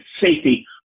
safety